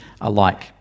alike